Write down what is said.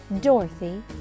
Dorothy